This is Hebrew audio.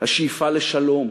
השאיפה לשלום,